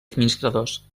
administradors